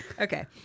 Okay